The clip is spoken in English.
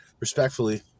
Respectfully